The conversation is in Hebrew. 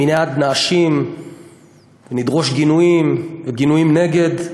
ומייד נאשים ונדרוש גינויים וגינויים מנגד,